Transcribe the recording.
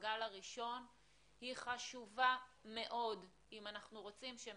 בגל הראשון היא חשובה מאוד אם אנחנו רוצים שהם